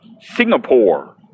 Singapore